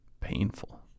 painful